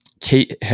Kate